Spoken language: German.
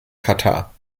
katar